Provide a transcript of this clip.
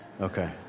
Okay